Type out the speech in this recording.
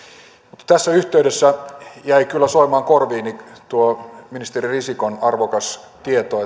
mutta tässä yhteydessä jäi kyllä soimaan korviini tuo ministeri risikon arvokas